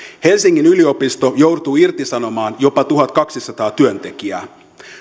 helsingin yliopisto joutuu irtisanomaan jopa tuhatkaksisataa työntekijää